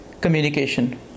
communication